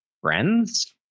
friends